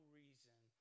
reason